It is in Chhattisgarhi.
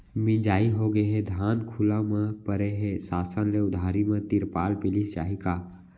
मिंजाई होगे हे, धान खुला म परे हे, शासन ले उधारी म तिरपाल मिलिस जाही का?